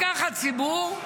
לקחת ציבור,